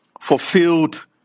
fulfilled